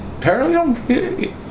parallel